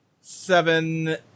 seven